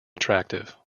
attractive